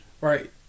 Right